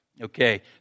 Okay